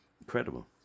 incredible